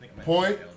Point